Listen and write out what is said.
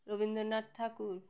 Rabindranath Thakur